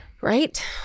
Right